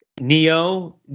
Neo